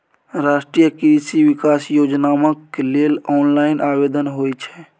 राष्ट्रीय कृषि विकास योजनाम लेल ऑनलाइन आवेदन होए छै